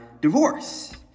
divorce